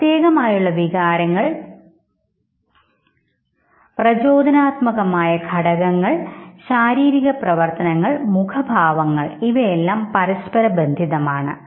പ്രത്യേകം ആയിട്ടുള്ള വികാരങ്ങൾ പ്രചോദനാത്മകമായ ഘടകങ്ങൾ ശാരീരിക പ്രവർത്തനങ്ങൾ മുഖഭാവപ്രകടനങ്ങൾ ഇവയെല്ലാം പരസ്പരബന്ധിതവുമാണ്